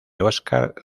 oscar